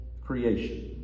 creation